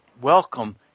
welcome